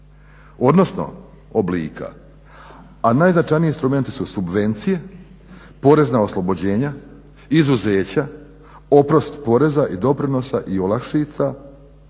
odnosno oblika, a najznačajniji instrumenti su subvencije, porezna oslobođenja, izuzeća oprost poreza i doprinosa i olakšice,